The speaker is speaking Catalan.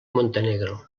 montenegro